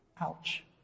Ouch